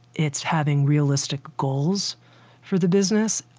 it's having realistic goals for the business,